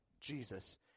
Jesus